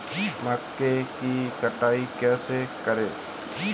मक्का की कटाई कैसे करें?